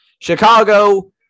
Chicago